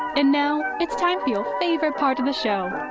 and now it's time for your favorite part of the show,